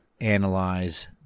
analyze